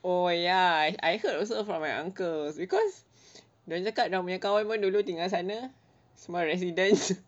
oh ya I heard also from my uncles because dia orang cakap dia punya kawan pun tinggal sana semua residents